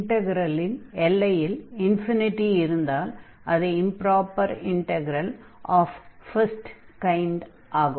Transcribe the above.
இன்டக்ரலின் எல்லையில் இன்ஃபினிடி இருந்தால் அது improper integral of first kind ஆகும்